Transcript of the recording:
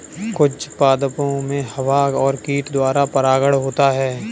कुछ पादपो मे हवा और कीट द्वारा परागण होता है